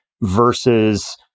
versus